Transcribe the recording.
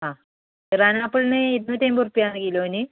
ആ ഇറാൻ ആപ്പിളിന് ഇരുന്നൂറ്റി അൻപത് രൂപ ആണ് കിലോയ്ക്ക്